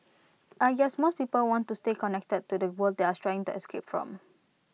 I guess most people want to stay connected to the world they are trying to escape from